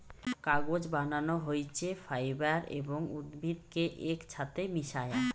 কাগজ বানানো হইছে ফাইবার এবং উদ্ভিদ কে একছাথে মিশায়া